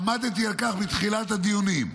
עמדתי על כך מתחילת הדיונים,